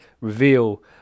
reveal